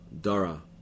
Dara